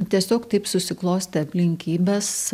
tiesiog taip susiklostė aplinkybės